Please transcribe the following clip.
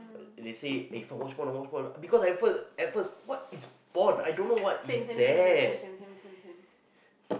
they say eh watch porn watch porn because at first at first what is porn I don't know what is that